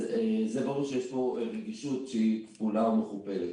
אז זה ברור שיש פה רגישות היא כפולה ומכופלת.